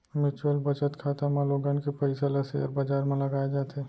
mutual बचत खाता म लोगन के पइसा ल सेयर बजार म लगाए जाथे